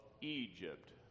Egypt